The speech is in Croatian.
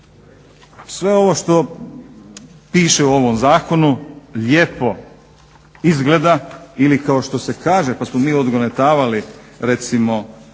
sve ovo što piše u ovom zakonu lijepo izgleda ili kao što se kaže pa smo mi odgonetavali recimo